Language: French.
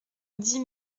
dix